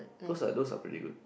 those are those are pretty good